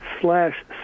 slash